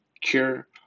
cure